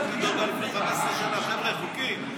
נתנו לי דרגה לפני 15 שנה, חבר'ה, חוקי.